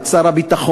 את שר הביטחון,